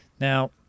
Now